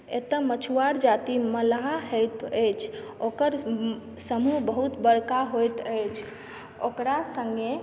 एतय मछुआर जाति मल्लाह होइत अछि ओकर समूह बहुत बड़का होइत अछि ओकरा सङ्गे